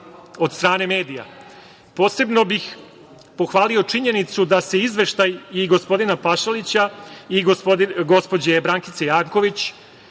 od strane medija. Posebno bih pohvalio činjenicu da se izveštaj i gospodina Pašalića i gospođe Brankice Janković